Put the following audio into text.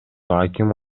аким